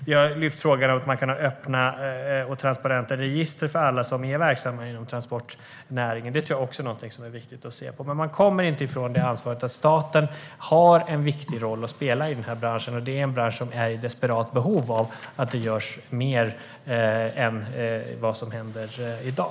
Vi har lyft frågan att man kan ha öppna och transparenta register över alla som är verksamma inom transportnäringen. Det är också någonting som är viktigt att se på. Men man kommer inte ifrån att staten har en viktig roll att spela i den här branschen. Det är en bransch som är desperat behov av att det görs mer än vad som händer i dag.